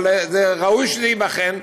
אבל ראוי שזה ייבחן.